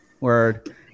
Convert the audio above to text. Word